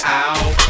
out